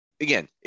again